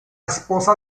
esposa